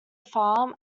farm